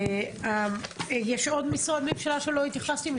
יש עוד משרד שלא התייחסתי?